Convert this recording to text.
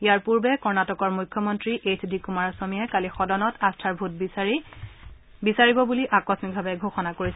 ইয়াৰ পূৰ্বে কৰ্ণাটকৰ মূখ্যমন্তী এইচ ডি কুমাৰস্বমীয়ে কালি সদনত আস্থাৰ ভোট বিচাৰিব বুলি আকস্মিকভাৱে ঘোষণা কৰিছিল